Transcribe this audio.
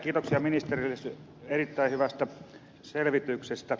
kiitoksia ministerille erittäin hyvästä selvityksestä